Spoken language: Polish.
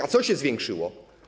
A co się zwiększyło?